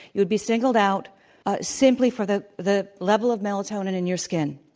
you would be singled out simply for the the level of melatonin in your skin.